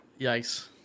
Yikes